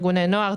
ארגוני נוער,